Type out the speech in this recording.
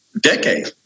decade